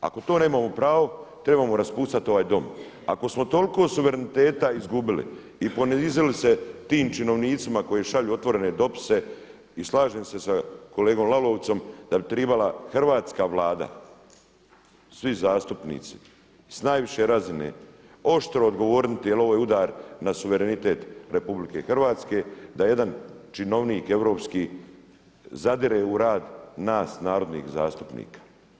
Ako to nemamo pravo trebamo raspustiti ovaj Dom, ako smo toliko suvereniteta izgubili i ponizili se tim činovnicima koji šalju otvorene dopise i slažem se sa kolegom Lalovcom da bi trebala hrvatska Vlada, svi zastupnici s najviše razine oštro odgovoriti jel ovo je udar na suverenitet RH, da jedan činovnik europski zadire u rad nas narodnih zastupnika.